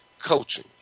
coaching